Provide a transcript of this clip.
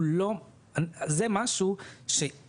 הוא לא מוכן וזה משהו שאני